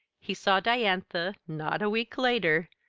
he saw diantha, not a week later,